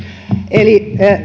eli